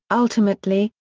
ultimately,